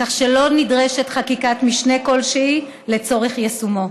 כך שלא נדרשת חקיקת משנה כלשהי לצורך יישומו.